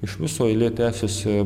iš viso eilė tęsėsi